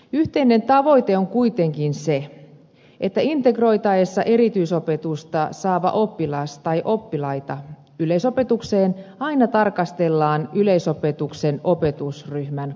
yhteinen tavoite on kuitenkin se että integroitaessa erityisopetusta saava oppilas tai oppilaita yleisopetukseen aina tarkastellaan yleisopetuksen opetusryhmän kokoa